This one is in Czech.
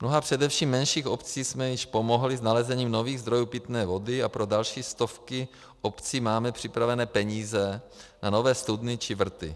V mnoha především menších obcí jsme již pomohli s nalezením nových zdrojů pitné vody a pro další stovky obcí máme připravené peníze na nové studny či vrty.